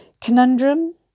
conundrum